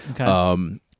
Okay